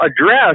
address